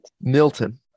Milton